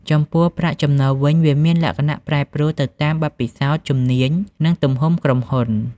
ចំពោះប្រាក់ចំណូលវិញ វាមានលក្ខណៈប្រែប្រួលទៅតាមបទពិសោធន៍ ជំនាញ និងទំហំក្រុមហ៊ុន។